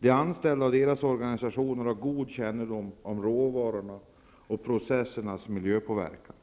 De anställda och deras organisationer har god kännedom om råvarors och processers miljöpåverkan